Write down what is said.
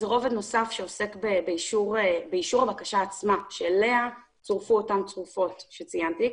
הוא רובד נוסף שעוסק באישור הבקשה עצמה אליה צורפו אותן צרופות שציינתי,